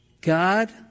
God